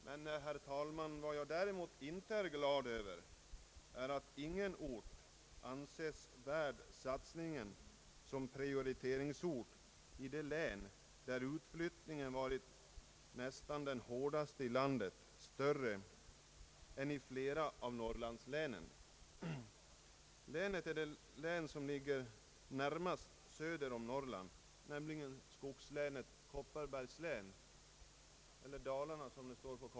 Men, herr talman, vad jag däremot inte är glad över är att ingen ort ansetts värd satsningen som Pprioriteringsort i det län från vilket utflyttningen varit nästan hårdast i landet — större än i flera av Norrlandslänen — det län som ligger närmast söder om Norrland, nämligen skogslänet Kopparbergs län, eller Dalarna.